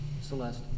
Celeste